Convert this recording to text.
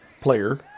player